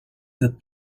that